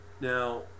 now